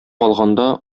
алганда